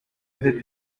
avait